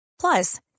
Plus